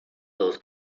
those